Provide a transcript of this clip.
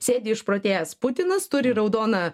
sėdi išprotėjęs putinas turi raudoną